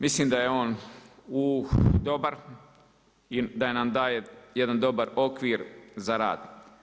Mislim da je on dobar i da nam daje jedan dobar okvir za rad.